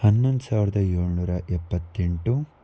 ಹನ್ನೊಂದು ಸಾವಿರದ ಏಳುನೂರ ಎಪ್ಪತ್ತೆಂಟು